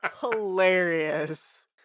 hilarious